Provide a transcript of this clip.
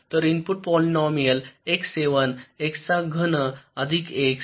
तर input polynomial X ७ x चा घन अधिक X